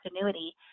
annuity